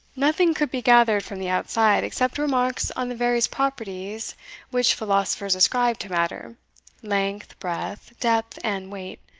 nothing could be gathered from the outside, except remarks on the various properties which philosophers ascribe to matter length, breadth, depth, and weight,